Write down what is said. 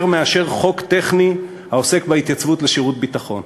מאשר חוק טכני העוסק בהתייצבות לשירות ביטחון.